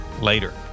later